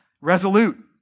resolute